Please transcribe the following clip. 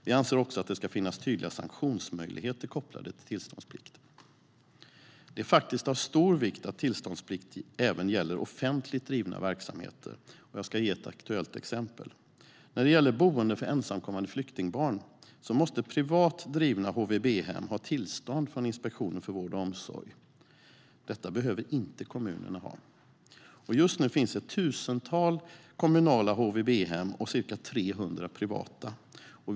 Vi anser också att det ska finnas tydliga sanktionsmöjligheter kopplade till tillståndsplikten. Det är av stor vikt att tillståndsplikt även gäller offentligt drivna verksamheter. Jag ska ge ett aktuellt exempel. När det gäller boende för ensamkommande flyktingbarn måste privat drivna HVB-hem ha tillstånd från Inspektionen för vård och omsorg. Detta behöver inte kommunerna ha. Just nu finns ett tusental kommunala HVB-hem och ca 300 privata HVB-hem.